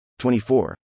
24